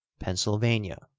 pennsylvania,